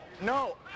no